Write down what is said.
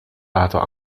laten